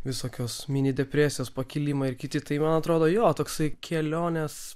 visokios mini depresijos pakilimai ir kiti tai man atrodo jo toksai kelionės